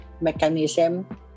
mechanism